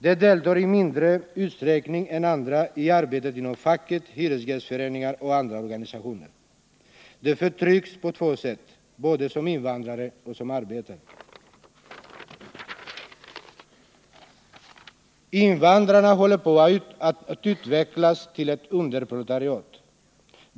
De deltar i mindre utsträckning än andra i arbete inom facket, hyresgästföreningar och andra organisationer. De förtrycks på två sätt — både som invandrare och som arbetare. Invandrarna håller på att utvecklas till ett underproletariat.